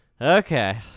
Okay